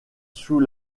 sous